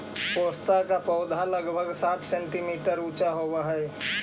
पोस्ता का पौधा लगभग साठ सेंटीमीटर ऊंचा होवअ हई